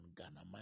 Ghana